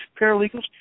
paralegals